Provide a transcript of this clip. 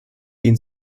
ihnen